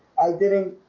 i didn't